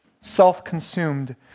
self-consumed